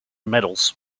medals